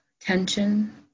tension